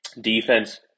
Defense